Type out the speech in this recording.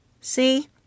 See